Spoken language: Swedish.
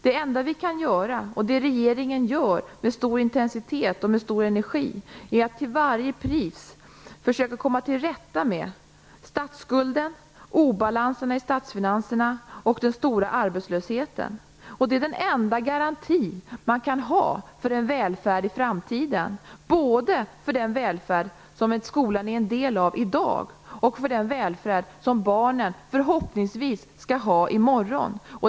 Det enda vi kan göra och som regeringen gör med stor intensitet och energi är att till varje pris försöka komma till rätta med statsskulden, obalanserna i statsfinanserna och den stora arbetslösheten. Det är den enda garanti man kan ge för en välfärd i framtiden, både för den välfärd som skolan är en del av i dag och för den välfärd som barnen förhoppningsvis skall få del av i morgon.